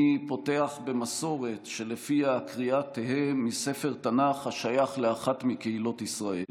אני פותח במסורת שלפיה הקריאה תהא מספר תנ"ך השייך לאחת מקהילות ישראל.